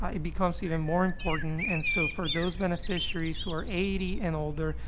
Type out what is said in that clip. it becomes even more important. and so, for those beneficiaries who are eighty and older,